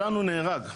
שלנו נהרג,